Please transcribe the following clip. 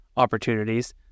Opportunities